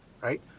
right